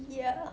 ya